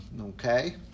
Okay